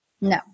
No